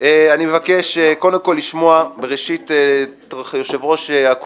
טוב שאתגרת אותי.